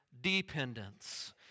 Dependence